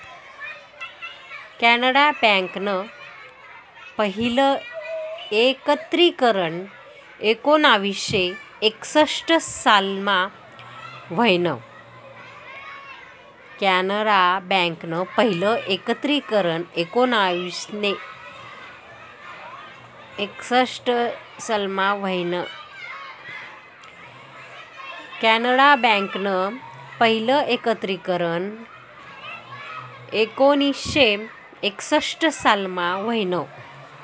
कॅनरा बँकनं पहिलं एकत्रीकरन एकोणीसशे एकसठ सालमा व्हयनं